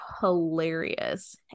hilarious